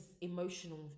emotional